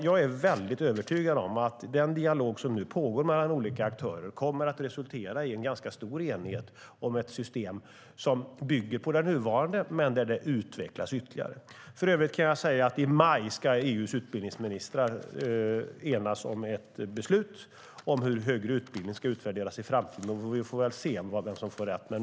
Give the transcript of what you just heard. Jag är väldigt övertygad om att den dialog som nu pågår mellan olika aktörer kommer att resultera i en ganska stor enighet om ett system som bygger på det nuvarande men som utvecklas ytterligare. För övrigt kan jag säga att i maj ska EU:s utbildningsministrar enas om ett beslut om hur högre utbildning ska utvärderas i framtiden. Vi får väl se vem som får rätt.